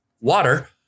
water